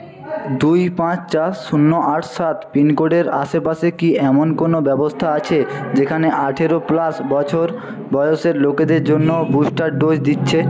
দুই পাঁচ চার শূন্য আট সাত পিনকোডের আশেপাশে কি এমন কোনও ব্যবস্থা আছে যেখানে আঠেরো প্লাস বছর বয়সের লোকেদের জন্য বুস্টার ডোজ দিচ্ছে